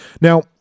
Now